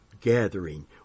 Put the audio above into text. gathering